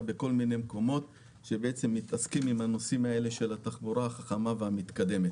בכל מיני מקומות ומתעסקים בנושאים האלה של התחבורה החכמה והמתקדמת.